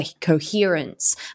coherence